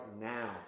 now